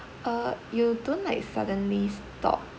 uh you don't like suddenly stop